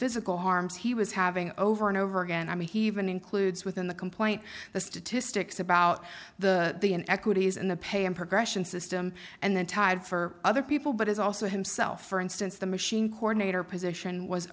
physical harms he was having over and over again i mean he even includes within the complaint the statistics about the the in equities and the pay and progression system and then tied for other people but is also himself for instance the machine corner position was